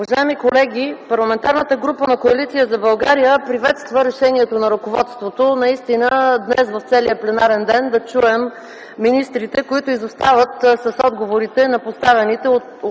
Уважаеми колеги, Парламентарната група на Коалиция за България приветства решението на ръководството днес целия пленарен ден да чуем министрите, които изостават с отговорите на поставените